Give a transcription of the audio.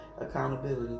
accountability